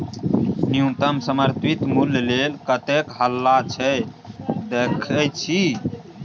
न्युनतम समर्थित मुल्य लेल कतेक हल्ला छै देखय छी